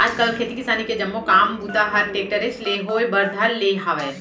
आज काल खेती किसानी के जम्मो काम बूता हर टेक्टरेच ले होए बर धर ले हावय